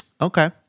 okay